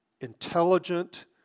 intelligent